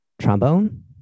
trombone